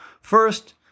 First